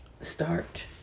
start